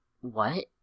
what